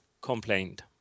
complained